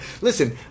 Listen